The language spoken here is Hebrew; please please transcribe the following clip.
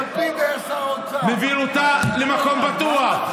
מוביל אותה למקום בטוח,